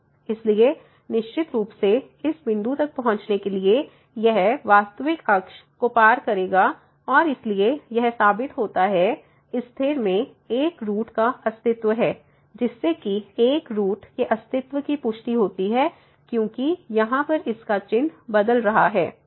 इसलिए निश्चित रूप से इस बिंदु तक पहुंचने के लिए यह वास्तविक अक्ष को पार करेगा और इसलिए यह साबित होता है इस स्थिति में एक रूट का अस्तित्व है जिससे कि एक रूट के अस्तित्व की पुष्टि होती है क्योंकि यहाँ पर इसका चिन्ह बदल रहा है